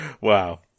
Wow